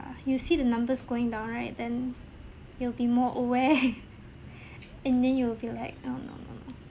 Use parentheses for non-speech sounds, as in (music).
you see the numbers going down right then you'll be more (laughs) aware and then you'll be like err no no no